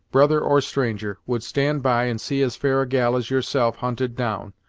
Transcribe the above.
brother or stranger, would stand by and see as fair a gal as yourself hunted down,